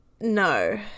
no